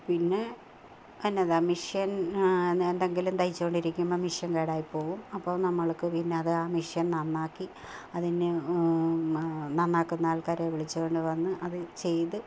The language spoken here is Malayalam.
പിന്നെ എന്നതാണ് മഷീന് എന്തെങ്കിലും തയ്ച്ചു കൊണ്ടിരിക്കുമ്പം മഷീൻ കേടായി പോകും അപ്പോൾ നമ്മള്ക്ക് പിന്നെ അത് ആ മഷീന് നന്നാക്കി അതിനെ നന്നാക്കുന്ന ആള്ക്കാരെ വിളിച്ചു കൊണ്ടു വന്നു അതു ചെയ്ത്